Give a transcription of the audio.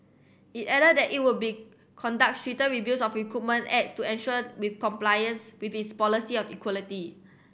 it added that it would be conduct stricter reviews of recruitment ads to ensure with compliance with its policy of equality